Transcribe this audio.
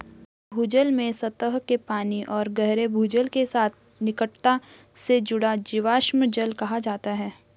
भूजल में सतह के पानी और गहरे भूजल के साथ निकटता से जुड़ा जीवाश्म जल कहा जाता है